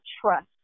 trust